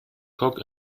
cock